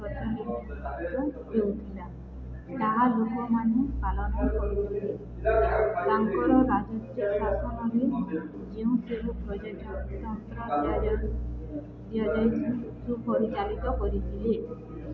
ହେଉଥିଲା ତାହା ଲୋକମାନେ ପାଳନ କରୁଥିଲେ ତାଙ୍କର ରାଜତତ୍ୱ ଶାସନରେ ଯେଉଁଥିବ ପର୍ଯ୍ୟଟକ ତାନ୍ତ୍ରିିଆଜ ସୁପରିଚାଳିତ କରିଥିଲେ